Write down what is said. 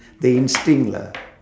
the instinct lah